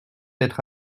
être